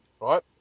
right